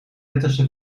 dertigste